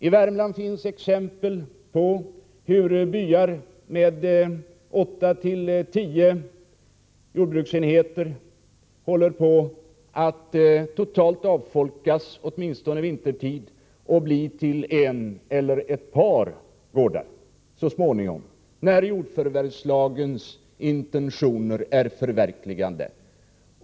I Värmland finns det exempel på hur byar med åtta tio jordbruksenheter håller på att totalt avfolkas, åtminstone vintertid. Kvar blir en eller ett par gårdar. Det blir inte fler så småningom, när jordförvärvslagens intentioner är förverkligade.